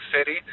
City